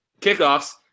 kickoffs